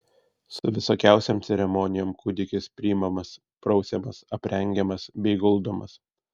su visokiausiom ceremonijom kūdikis priimamas prausiamas aprengiamas bei guldomas